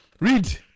Read